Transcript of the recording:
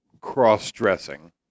cross-dressing